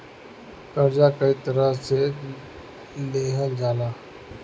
कर्जा कई तरह से लेहल जाला